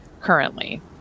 currently